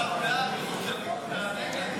להעביר את